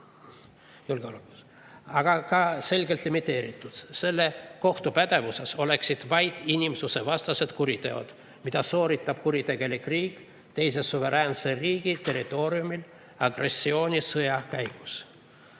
aga ka selgelt limiteeritult. Selle kohtu pädevuses oleksid vaid inimsusevastased kuriteod, mida sooritab kuritegelik riik teise suveräänse riigi territooriumil agressioonisõja käigus.